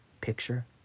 picture